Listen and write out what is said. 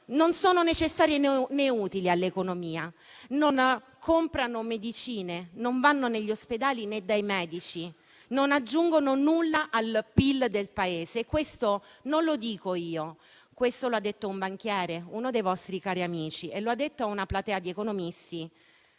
non sono necessarie, né utili all'economia: non comprano medicine e non vanno negli ospedali, né dai medici. Non aggiungono nulla al PIL del Paese. Questo non lo dico io, ma lo ha detto un banchiere, uno dei vostri cari amici, davanti a una platea di economisti,